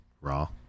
raw